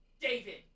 David